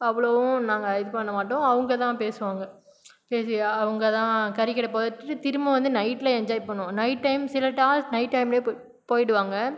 அவ்வளோ நாங்கள் இது பண்ண மாட்டோம் அவங்கதான் பேசுவாங்க பேசி அவங்கதான் கறிக்கடை போய்விட்டு திரும்ப வந்து நைட்டில் என்ஜாய் பண்ணுவோம் நைட் டைம் சில டாஸ் நைட் டைம்மில் போய்விடு போய்விடுவாங்க